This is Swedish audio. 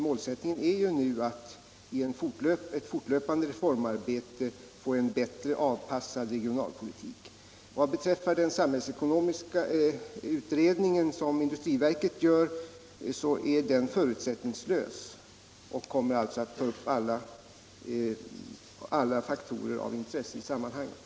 Målsättningen är nu att i ett fortlöpande reformarbete få en bättre avpassad regionalpolitik. Vad beträffar den samhällsekonomiska utredning som industriverket gör är den förutsättningslös och kommer alltså att ta upp alla faktorer av intresse i sammanhanget.